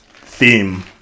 theme